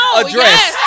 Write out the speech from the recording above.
address